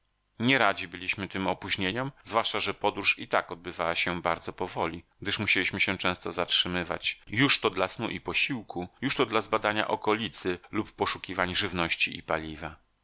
nie radzi byliśmy tym opóźnieniom zwłaszcza że podróż i tak odbywała się bardzo powoli gdyż musieliśmy się często zatrzymywać już to dla snu i posiłku już to dla zbadania okolicy lub poszukiwań żywności i paliwa